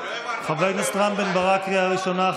לא הבנתי, חבר הכנסת רם בן ברק, קריאה ראשונה.